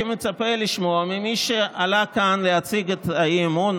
מצפה לשמוע ממי שעלה כאן להציג את האי-אמון,